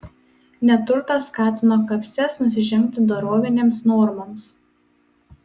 neturtas skatino kapses nusižengti dorovinėms normoms